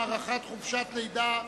הארכת חופשת הלידה),